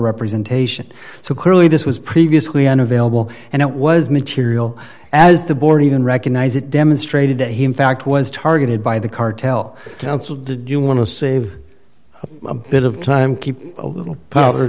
representation so clearly this was previously unavailable and it was material as the board even recognise it demonstrated that he in fact was targeted by the cartel did you want to save a bit of time keep a little